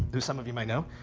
who some of you might know,